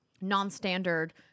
non-standard